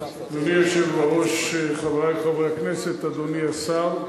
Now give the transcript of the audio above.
אדוני היושב-ראש, חברי חברי הכנסת, אדוני השר,